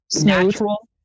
natural